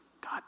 God